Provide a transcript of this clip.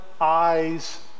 eyes